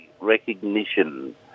recognition